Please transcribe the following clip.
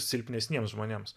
silpnesniems žmonėms